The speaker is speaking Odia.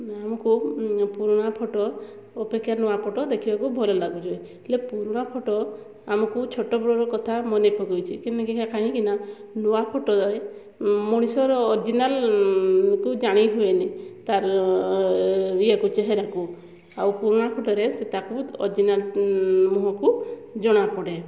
ଆମକୁ ପୁରୁଣା ଫଟୋ ଅପେକ୍ଷା ନୂଆ ଫଟୋ ଦେଖିବାକୁ ଭଲ ଲାଗୁଛି ହେଲେ ପୁରୁଣା ଫଟୋ ଆମକୁ ଛୋଟବେଳର କଥା ମନେ ପକାଇଛି କାହିଁକିନା ନୂଆ ଫଟୋରେ ମଣିଷର ଅରଜିନାଲ୍କୁ ଜାଣି ହୁଏନି ତାର ଇଏକୁ ଚେହେରାକୁ ଆଉ ପୁରୁଣା ଫଟୋରେ ସେ ତାକୁ ଅରଜିନାଲ୍ ମୁହଁକୁ ଜଣାପଡ଼େ